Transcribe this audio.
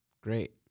Great